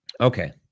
okay